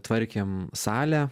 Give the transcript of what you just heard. tvarkėm salę